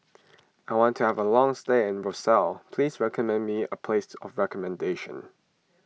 I want to have a long stay in Roseau please recommend me a place of recommendation